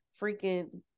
freaking